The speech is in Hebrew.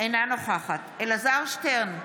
אינה נוכחת אלעזר שטרן,